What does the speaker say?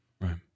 Right